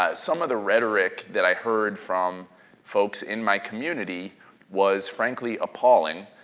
ah some of the rhetoric that i heard from folks in my community was frankly appalling,